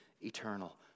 eternal